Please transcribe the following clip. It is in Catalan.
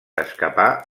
escapar